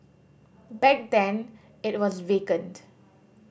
back then it was vacant